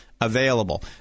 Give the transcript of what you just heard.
available